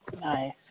Nice